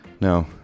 no